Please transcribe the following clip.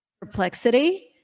Perplexity